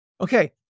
okay